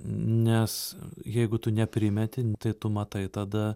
nes jeigu tu neprimeti tai tu matai tada